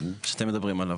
שאתם מדברים עליו.